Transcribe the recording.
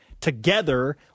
together